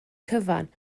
cyfan